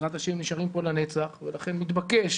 ובעזרת השם נשארים כאן לנצח ולכן מתבקש